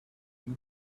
heed